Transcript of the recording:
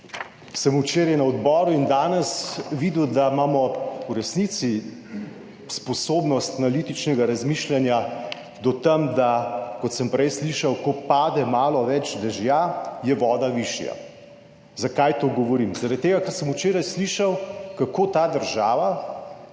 včeraj na odboru in danes videl, da imamo v resnici sposobnost analitičnega razmišljanja do tam, da kot sem prej slišal, ko pade malo več dežja je voda višja. Zakaj to govorim? Zaradi tega, ker sem včeraj slišal kako ta država,